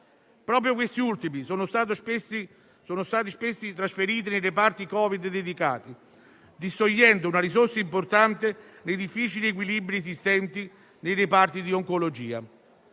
Proprio questi ultimi sono stati spesso trasferiti nelle reparti Covid dedicati, distogliendo una risorsa importante dai difficili equilibri esistenti nei reparti di oncologia.